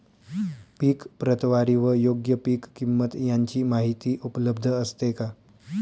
पीक प्रतवारी व योग्य पीक किंमत यांची माहिती उपलब्ध असते का?